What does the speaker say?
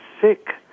sick